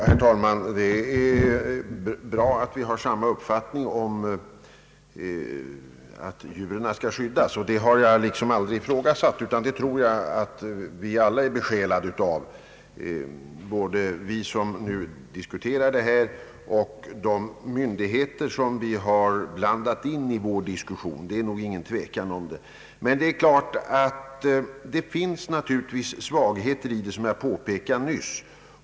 Herr talman! Det är bra att vi har samma uppfattning om att de djur det här gäller bör skyddas. Jag har liksom aldrig ifrågasatt detta, utan jag tror att både vi som nu diskuterar denna fråga och de myndigheter som vi har blandat in i vår diskussion är besjälade av denna önskan — därom råder nog ingen tvekan. Det är emellertid klart att det finns svagheter i det nuvarande systemet, vilket jag nyss påpekat.